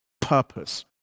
purpose